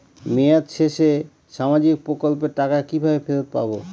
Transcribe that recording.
মেয়াদ শেষে সামাজিক প্রকল্পের টাকা কিভাবে ফেরত পাবো?